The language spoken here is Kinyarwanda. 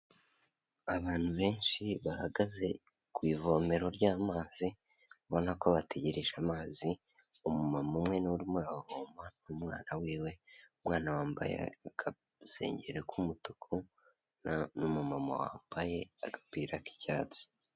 Abantu benshi bahagaze ku ivomero ry'amazi, ubona ko bategereje amazi, umumama umwe ni we urimo uravoma, umwana wiwe, umwana wambaye akasengeri k'umutuku, n'umumama wambaye agapira k'icyatsi.